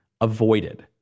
avoided